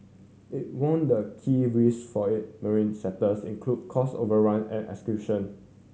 it warned the key risk for it marine sectors include cost overrun and execution